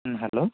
hello